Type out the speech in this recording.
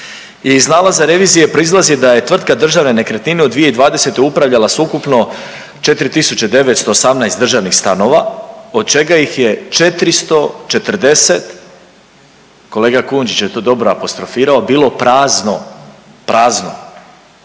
Iz nalaza revizije proizlazi da je tvrtka Državne nekretnine u 2020. upravljala s ukupno 4.918 državnih stanova, od čega ih je 440, kolega Kujundžić je to dobro apostrofirao, bilo prazno, prazno.